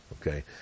Okay